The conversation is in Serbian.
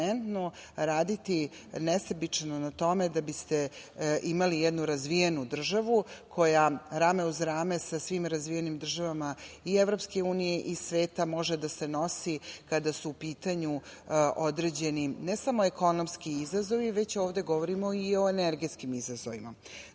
permanentno raditi nesebično na tome, da biste imali jednu razvijenu državu koja, rame uz rame sa svim razvijenim državama i EU i sveta može da se nosi kada su u pitanju određeni ne samo ekonomski izazovi već ovde govorimo i o energetskim